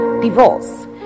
Divorce